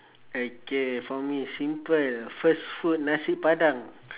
okay for me simple first food nasi padang